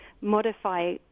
modify